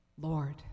Lord